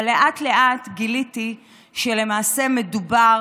אבל לאט-לאט גיליתי שלמעשה מדובר